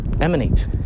emanate